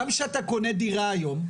גם כשאתה קונה דירה היום,